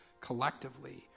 collectively